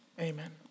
Amen